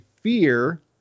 fear